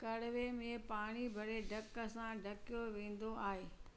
कड़वे में पाणी भरे ढक सां ढकियो वेंदो आहे